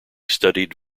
studied